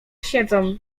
siedzą